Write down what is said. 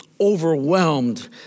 overwhelmed